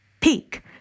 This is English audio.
peak